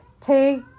take